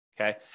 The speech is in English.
Okay